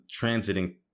transiting